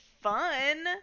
fun